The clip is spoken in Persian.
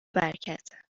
برکت